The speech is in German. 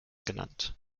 genannt